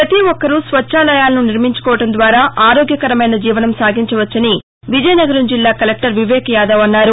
ప్రపతి ఒక్కరూ స్వచ్చాలయాలను నిర్నించుకోవడం ద్వారా ఆరోగ్యకరమైన జీవనం సాగించవచ్చని విజయనగరం జిల్లా కలెక్టర్ వివేక్ యాదవ్ అన్నారు